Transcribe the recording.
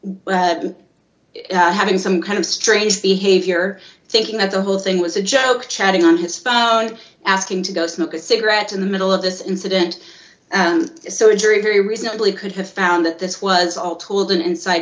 video having some kind of strange behavior thinking that the whole thing was a joke chatting on his phone asking to go smoke a cigarette in the middle of this incident so injury very reasonably could have found that this was all tooled an inside